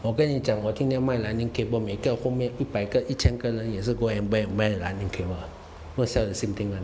我跟你讲我今天卖 lightning cable 每个后面一百个一千个人也是 go and 卖卖 lightning cable all sell the same thing [one]